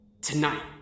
tonight